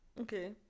okay